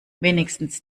wenigstens